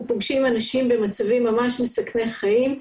פוגשים אנשים במצבים ממש מסכני חיים.